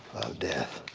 death.